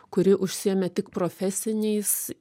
kuri užsiėmė tik profesiniais